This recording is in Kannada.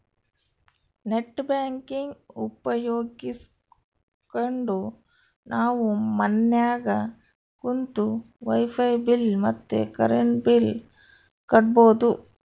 ನೆಟ್ ಬ್ಯಾಂಕಿಂಗ್ ಉಪಯೋಗಿಸ್ಕೆಂಡು ನಾವು ಮನ್ಯಾಗ ಕುಂತು ವೈಫೈ ಬಿಲ್ ಮತ್ತೆ ಕರೆಂಟ್ ಬಿಲ್ ಕಟ್ಬೋದು